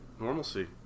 normalcy